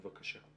בבקשה.